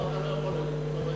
אתה לא יכול עליהם, אתה רואה.